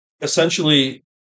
essentially